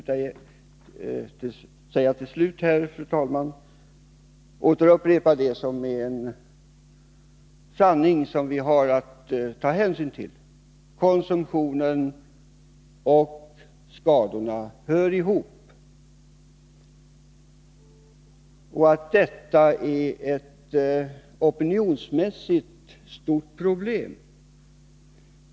Jag vill till slut, fru talman, återupprepa en sanning som vi har att beakta, nämligen att konsumtionen och skadorna hör ihop. Detta är ett stort opinionsmässigt problem.